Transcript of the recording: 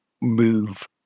move